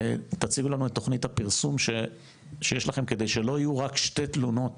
תציגו לנו את תוכנית הפרסום שיש לכם כדי שלא יהיו רק שתי תלונות